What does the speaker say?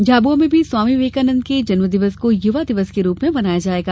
झाबुआ में भी स्वामी विवेकानंद के जन्मदिवस को युवा दिवस के रूप में मनाया जायेगा